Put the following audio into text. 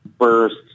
first